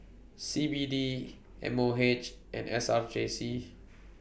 C B D M O H and S R J C